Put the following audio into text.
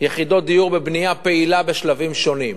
יחידות דיור בבנייה פעילה בשלבים שונים,